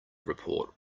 report